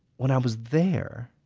when i was there,